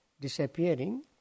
disappearing